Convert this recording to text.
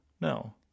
no